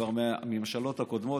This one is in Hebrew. כבר מהממשלות הקודמות,